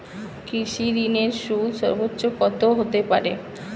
কৃষিঋণের সুদ সর্বোচ্চ কত হতে পারে?